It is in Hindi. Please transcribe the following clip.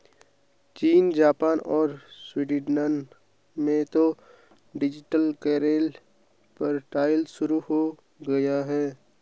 चीन, जापान और स्वीडन में तो डिजिटल करेंसी पर ट्रायल शुरू हो गया है